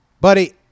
Buddy